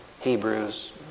Hebrews